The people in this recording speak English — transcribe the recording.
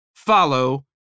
follow